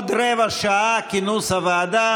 "תחת שלוש רגזה ארץ ותחת ארבע לא תוכל שאת",